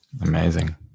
Amazing